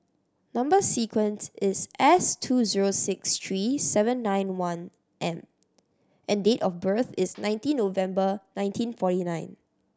number sequence is S two zero six three seven nine one M and date of birth is nineteen November nineteen forty nine